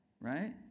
right